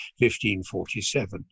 1547